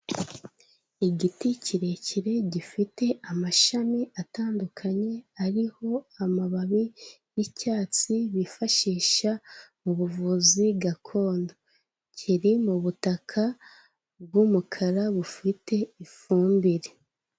Igiti kirekire gifite amashami atandukanye ariho amababi y'icyatsi, bifashisha mu buvuzi gakondo, kiri mu butaka bw'umukara bufite ifumbire.